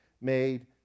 made